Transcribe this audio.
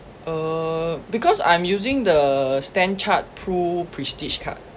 uh because I'm using the StanChart pru~ Prestige card